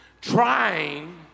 trying